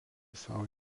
sau